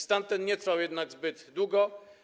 Stan ten nie trwał jednak zbyt długo.